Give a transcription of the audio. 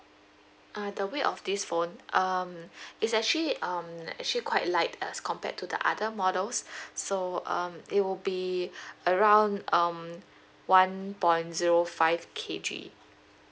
uh the weight of this phone um it's actually um actually quite light as compared to the other models so um it will be around um one point zero five K_G